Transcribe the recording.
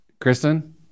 Kristen